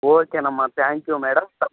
ఓకేనమ్మ thank you madam త